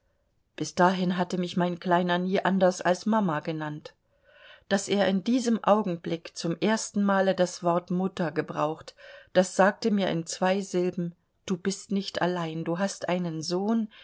bis dahin hatte mich mein kleiner nie anders als mama genannt daß er in diesem augenblick zum erstenmale das wort mutter gebraucht das sagte mir in zwei silben du bist nicht allein du hast einen sohn